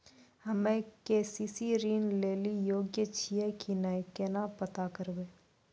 हम्मे के.सी.सी ऋण लेली योग्य छियै की नैय केना पता करबै?